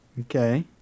Okay